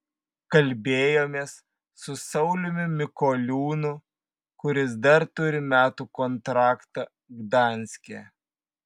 kalbėjomės su sauliumi mikoliūnu kuris dar turi metų kontraktą gdanske